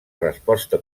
resposta